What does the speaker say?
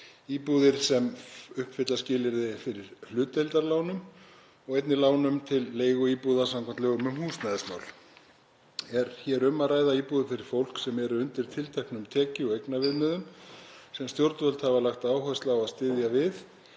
íbúðir sem uppfylla skilyrði fyrir hlutdeildarlánum og einnig lánum til leiguíbúða samkvæmt lögum um húsnæðismál. Er hér um að ræða íbúðir fyrir fólk sem er undir tilteknum tekju- og eignaviðmiðum sem stjórnvöld hafa lagt áherslu á að styðja við